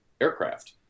aircraft